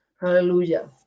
Hallelujah